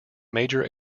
major